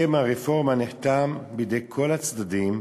הסכם הרפורמה נחתם בידי כל הצדדים,